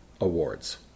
awards